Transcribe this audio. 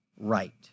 right